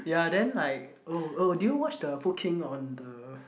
ya then like oh oh do you watch the Food King on the